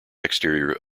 exterior